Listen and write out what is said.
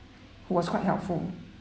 who was quite helpful